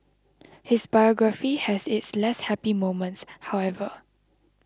his biography has its less happy moments however